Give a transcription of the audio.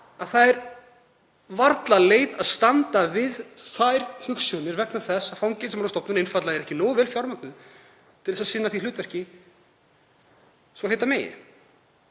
Það er varla leið að standa við þær hugsjónir vegna þess að Fangelsismálastofnun er einfaldlega ekki nógu vel fjármögnuð til þess að sinna því hlutverki svo heita megi.